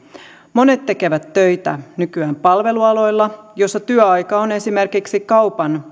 monet tekevät töitä nykyään palvelualoilla joilla työaika on esimerkiksi kaupan